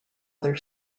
other